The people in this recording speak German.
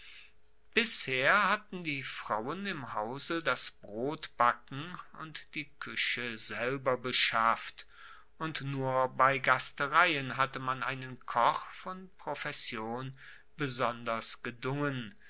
bisher hatten die frauen im hause das brotbacken und die kueche selber beschafft und nur bei gastereien hatte man einen koch von profession besonders gedungen